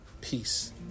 peace